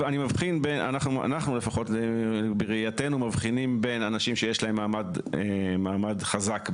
אנחנו בראייתנו מבחינים בין אנשים שיש להם מעמד חזק בישראל,